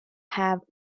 have